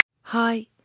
Hi